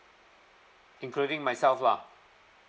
including myself lah